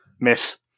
Miss